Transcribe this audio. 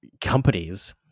companies